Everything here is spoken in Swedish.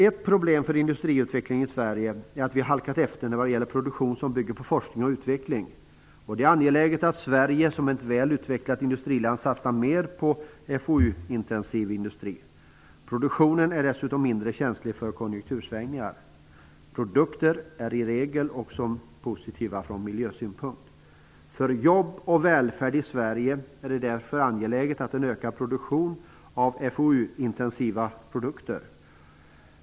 Ett problem för industriutvecklingen i Sverige är att vi har halkat efter när det gäller produktion som bygger på forskning och utveckling. Det är angeläget att Sverige, som är ett väl utvecklat industriland, satsar mer på FoU-intensiv industri, vars produktion dessutom är mindre känslig för konjunktursvängningar. Produkterna är i regel också positiva från miljösynpunkt. För jobb och välfärd i Sverige är det därför angeläget med en ökad produktion av FoU-intensiva produkter.